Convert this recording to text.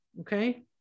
okay